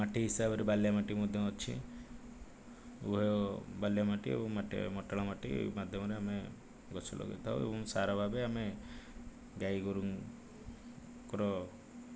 ମାଟି ହିସାବରେ ବାଲିଆ ମାଟି ମଧ୍ୟ ଅଛି ଉଭୟ ବାଲିଆ ମାଟି ଓ ମଟାଳ ମାଟି ଏଇ ମାଧ୍ୟମରେ ଆମେ ଗଛ ଲଗେଇଥାଉ ଏବଂ ସାର ଭାବରେ ଆମେ ଗାଈ ଗୋରୁଙ୍କର